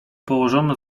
położono